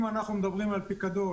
אם אנחנו מדברים על פיקדון,